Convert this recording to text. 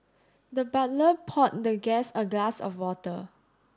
the butler poured the guest a glass of water